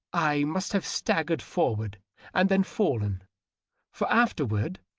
i must have staggered forward and then fallen for afterward,